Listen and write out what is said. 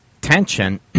tension